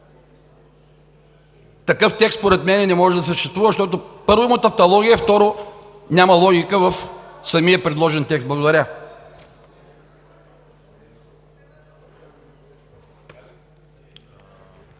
такъв текст не може да съществува, защото, първо, има тавтология, второ, няма логика в самия предложен текст. Благодаря.